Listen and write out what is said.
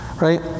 Right